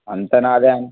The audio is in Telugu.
అంత నాదే